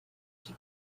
she